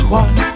one